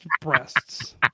breasts